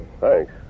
Thanks